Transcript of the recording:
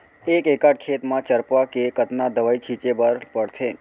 एक एकड़ खेत म चरपा के कतना दवई छिंचे बर पड़थे?